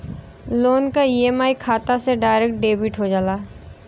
loan क EMI खाता से डायरेक्ट डेबिट हो जाला